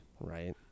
Right